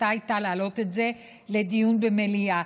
וההחלטה הייתה להעלות את זה לדיון במליאה,